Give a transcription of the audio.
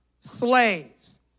slaves